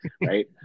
Right